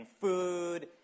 food